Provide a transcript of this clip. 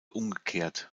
umgekehrt